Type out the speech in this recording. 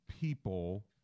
people –